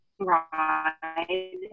ride